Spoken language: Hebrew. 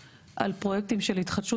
אני חושבת ש-75% על פרויקטים של התחדשות